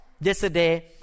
Yesterday